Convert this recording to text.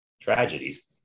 tragedies